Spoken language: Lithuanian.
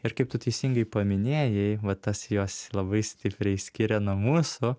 ir kaip tu teisingai paminėjai vat tas juos labai stipriai skiria nuo mūsų